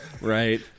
Right